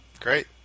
Great